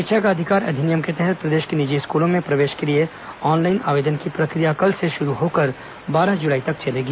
शिक्षा का अधिकार अधिनियम के तहत प्रदेश के निजी स्कूलों में प्रवेश के लिए ऑनलाइन आवेदन की प्रक्रिया कल से शुरू होकर बारह जुलाई तक चलेगी